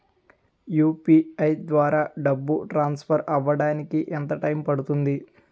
UPI ద్వారా డబ్బు transfer అవ్వడానికి ఎంత టైం పడుతుంది?